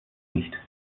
nicht